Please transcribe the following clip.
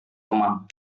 teman